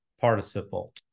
participle